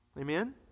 Amen